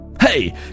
hey